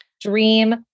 dream